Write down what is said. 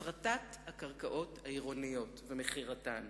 הפרטת הקרקעות העירוניות ומכירתן.